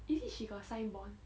is it she got sign bond